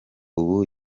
ubu